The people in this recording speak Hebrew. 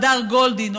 הדר גולדין,